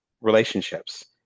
relationships